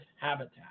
habitat